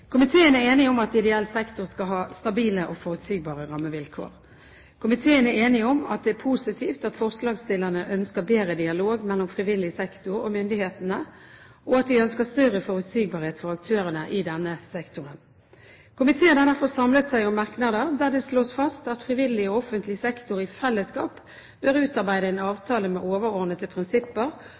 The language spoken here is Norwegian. Komiteen er enig om at ideell sektor skal ha stabile og forutsigbare rammevilkår. Komiteen er enig om at det er positivt at forslagsstillerne ønsker bedre dialog mellom frivillig sektor og myndighetene, og at de ønsker større forutsigbarhet for aktørene i denne sektoren. Komiteen har derfor samlet seg om merknader der det slås fast at frivillig og offentlig sektor i fellesskap bør utarbeide en avtale med overordnede prinsipper